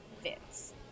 fits